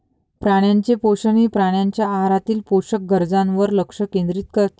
प्राण्यांचे पोषण हे प्राण्यांच्या आहारातील पोषक गरजांवर लक्ष केंद्रित करते